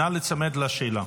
אבל נא להיצמד לשאלה.